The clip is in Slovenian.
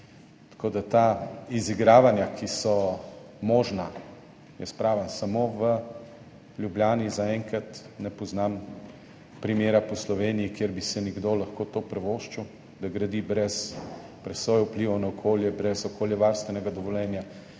Ta izigravanja, ki so možna, jaz pravim, samo v Ljubljani, zaenkrat ne poznam primera po Sloveniji, kjer bi si nekdo lahko to privoščil, da gradi brez presoje vplivov na okolje, brez okoljevarstvenega dovoljenja,